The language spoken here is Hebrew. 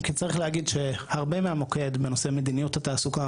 אם כי צריך להגיד שהרבה מהמוקד בנושא מדיניות התעסוקה,